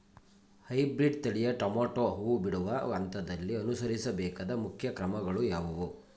Hybrid ತಳಿಯ tomato ಹೂ ಬಿಡುವ ಹಂತದಲ್ಲಿ ಅನುಸರಿಸಬೇಕಾದ ಮುಖ್ಯ ಕ್ರಮಗಳು ಯಾವುವು?